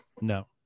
No